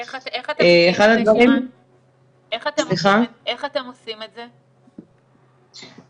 איך אתם עושים את זה, שירן?